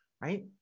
right